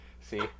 See